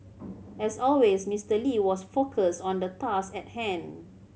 as always Mister Lee was focused on the task at hand